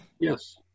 yes